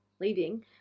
leaving